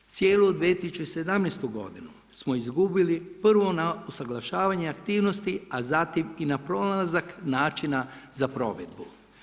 Cijelu 2017. godinu smo izgubili prvo na usaglašavanje aktivnosti, a zatim i na pronalazak načina za provedbu.